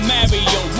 Mario